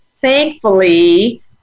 Thankfully